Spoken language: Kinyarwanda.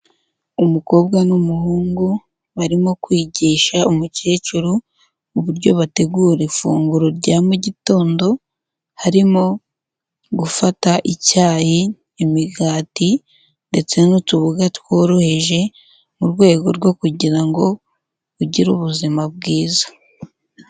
Umukobwa n'umuhungu barimo kwigisha umukecuru uburyo bategura ifunguro rya mu gitondo harimo gufata icyayi, imigati, ndetse n'utubuga tworoheje mu rwego rwo kugira ngo ugire ubuzima bwiza.